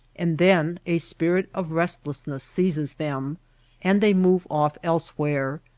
and then a spirit of restlessness seizes them and they move off elsewhere,